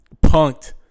punked